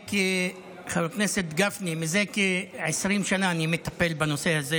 חבר הכנסת גפני, מזה כ-20 שנה אני מטפל בנושא הזה